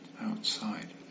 outside